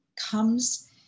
comes